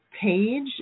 page